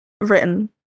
written